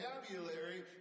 vocabulary